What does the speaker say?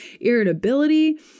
irritability